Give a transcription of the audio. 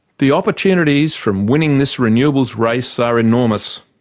the opportunities from winning this renewables race are enormous.